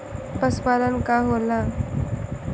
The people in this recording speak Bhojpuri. पशुपलन का होला?